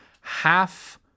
half